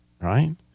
Right